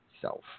Self